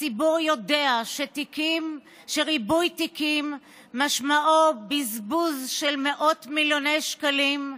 הציבור יודע שריבוי תיקים משמעו בזבוז של מאות מיליוני שקלים,